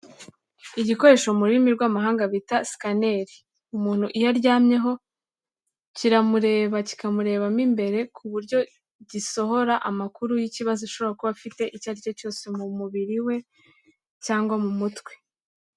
Igikoresho mu rurimi rw'amahanga bita scaner, umuntu iyo aryamyeho kiramureba, kikamureba mo imbere ku buryo gisohora amakuru y'ikibazo ashobora kuba afite icyo ari cyo cyose mu mubiri we cyangwa mu mutwe.